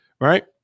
right